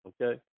okay